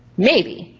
maybe,